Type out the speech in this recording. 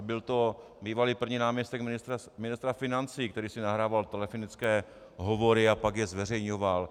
Byl to bývalý první náměstek ministra financí, který si nahrával telefonické hovory a pak je zveřejňoval.